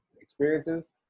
experiences